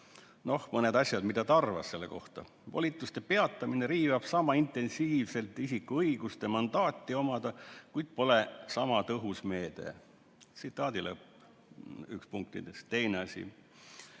Aeg. Mõned asjad, mida ta arvas selle kohta. "Volituste peatamine riivab sama intensiivselt isiku õigust mandaati omada, kuid pole sama tõhus meede." Üks punktidest. Teine asi: